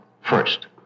first